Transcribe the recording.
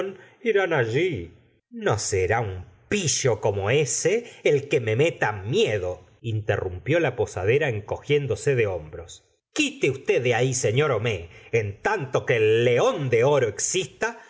irán alli no será un pillo como ese el que me meta miedo interrumpió la posadera encogiéndose de hombros quite usted de ahí señor homals en tanto la señora de bovary que el león de oro exista